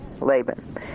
laban